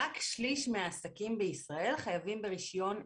רק שליש מהעסקים בישראל חייבים ברישיון עסק,